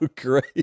great